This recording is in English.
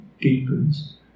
deepens